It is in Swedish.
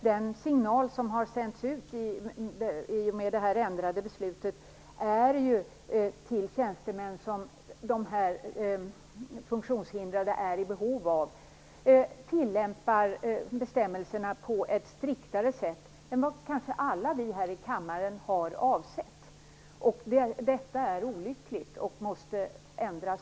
Den signal som har sänts ut i och med det ändrade beslutet är ju till tjänstemän, som de funktionshindrade är i behov av, och de kanske tillämpar bestämmelserna på ett striktare sätt än vad vi alla här i riksdagen hade avsett. Detta är olyckligt och måste ändras.